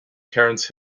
terence